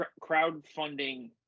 crowdfunding